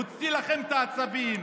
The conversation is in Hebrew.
מוציא לכם את העצבים,